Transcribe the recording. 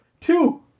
Two